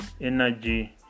energy